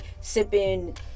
sipping